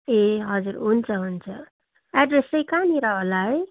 ए हजुर हुन्छ हुन्छ एड्रेस चाहिँ कहाँनिर होला है